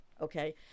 okay